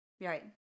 Right